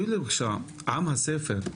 עם הספר,